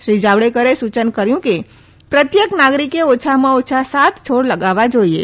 શ્રી જાવડેકરે સૂચન કર્યું કે પ્રત્યેક નાગરીકે ઓછામાં ઓછા સાત છોડ લગાવવા જોઈએ